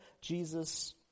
Jesus